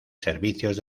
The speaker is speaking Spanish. servicios